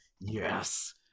Yes